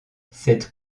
cette